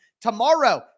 Tomorrow